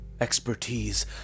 expertise